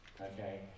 Okay